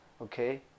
Okay